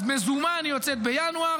אז מזומן היא יוצאת בינואר,